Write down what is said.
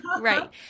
right